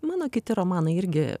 mano kiti romanai irgi